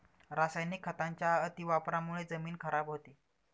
रासायनिक खतांच्या अतिवापरामुळे जमीन खराब होते